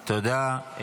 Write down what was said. תודה.